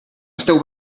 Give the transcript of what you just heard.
esteu